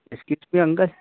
इस किट के अंदर